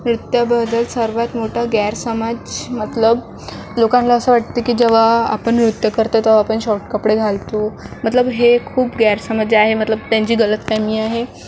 नृत्याबद्दल सर्वात मोठा गैरसमज मतलब लोकांनला असं वाटतं की जेव्हा आपण नृत्य करतो तेव्हा आपण शॉर्ट कपडे घालतो मतलब हे खूप गैरसमज आहे मतलब त्यांची गलतफहमी आहे